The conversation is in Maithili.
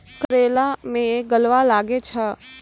करेला मैं गलवा लागे छ?